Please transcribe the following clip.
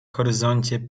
horyzoncie